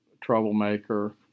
troublemaker